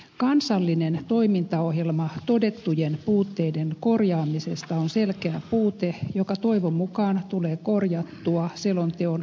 kansallinen toimintaohjelma todettujen puutteiden korjaamisesta on selkeä puute joka toivon mukaan tulee korjattua selonteon jatkokäsittelyssä